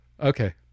Okay